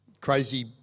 Crazy